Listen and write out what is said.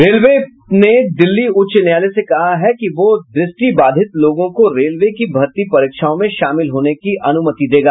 railway मंत्रालय ने दिल्ली उच्च न्यायालय से कहा है कि वह दृष्टि बाधित लोगों को रेलवे की भर्ती परीक्षाओं में शामिल होने की अनुमति देगा